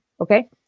Okay